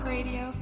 Radio